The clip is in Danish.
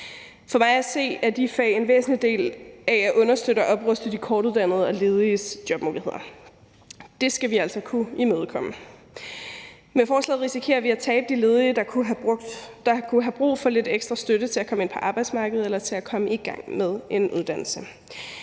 For mig at se er de fag en væsentlig del af at understøtte og opruste de kortuddannedes og lediges jobmuligheder. Det skal vi altså kunne imødekomme. Med forslaget risikerer vi at tabe de ledige, der kunne have brug for lidt ekstra støtte til at komme ind på arbejdsmarkedet eller til at komme i gang med en uddannelse.